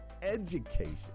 education